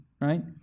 right